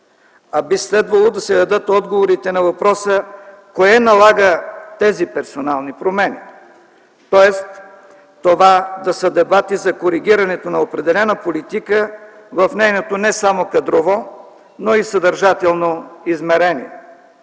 би следвало да се дадат отговори на въпроса кое налага тези персонални промени, тоест това да са дебати за коригирането на определена политика в нейното не само кадрово, но и съдържателно измерение.